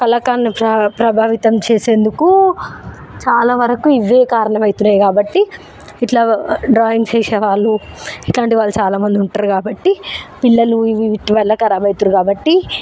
కళాకారులని ప్ర ప్రభావితం చేసేందుకు చాలా వరకు ఇవ్వే కారణం అవుతున్నాయి కాబట్టి ఇట్ల డ్రాయింగ్స్ వేసేవాళ్ళు ఇట్లాంటివాళ్లు చాలా మంది ఉంటారు కాబట్టి పిల్లలు ఇవి వీటి వల్ల ఖరాబ్ అయితున్నారు కాబట్టి